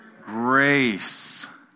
Grace